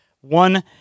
one